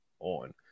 on